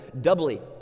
doubly